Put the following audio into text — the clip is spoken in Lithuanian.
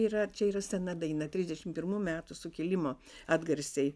yra čia yra sena daina trisdešim pirmų metų sukilimo atgarsiai